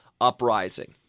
Uprising